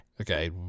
Okay